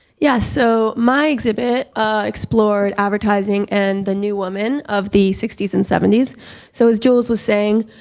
yeah, so my exhibit explored advertising and the new woman of the sixty s and seventy s so as jules was saying,